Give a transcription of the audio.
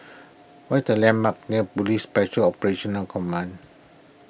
what the landmarks near Police Special Operational Command